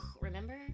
remember